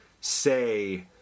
say